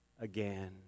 again